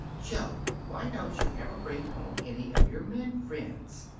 jo, why don't you ever bring home any of your men friends?